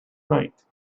night